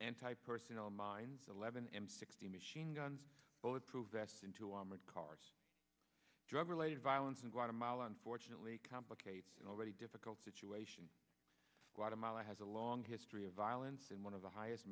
anti personnel mines eleven m sixteen machine guns bulletproof vests in two armored cars drug related violence in guatemala unfortunately complicate an already difficult situation guatemala has a long history of violence and one of the highest